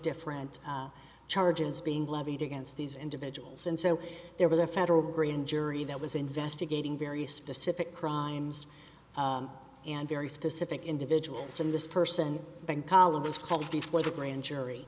different charges being levied against these individuals and so there was a federal grand jury that was investigating various specific crimes and very specific individuals and this person column was called before the grand jury